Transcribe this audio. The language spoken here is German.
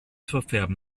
verfärben